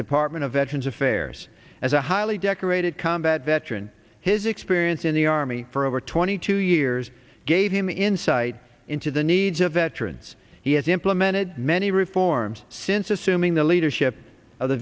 department of veterans affairs as a highly decorated combat veteran his experience in the r army for over twenty two years gave him insight into the needs of veterans he has implemented many reforms since assuming the leadership of the